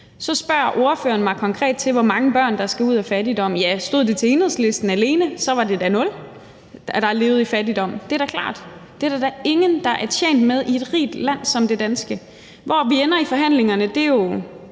Så spørger hr. Hans Andersen konkret om, hvor mange børn der skal ud af fattigdom. Stod det til Enhedslisten alene, var det da nul børn, der levede i fattigdom. Det er da klart. Det er der da ingen der er tjent med i et rigt land som Danmark. Hvor vi ender i forhandlingerne, er jo